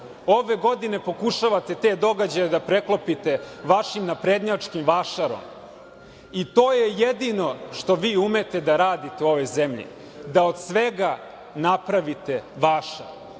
Ove godine pokušavate te događaje da preklopite vašim naprednjačkim vašarom. To je jedino što vi umete da radite u ovoj zemlji, da od svega napravite vašar. To